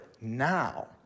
now